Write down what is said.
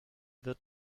wird